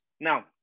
Now